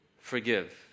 Forgive